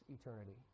eternity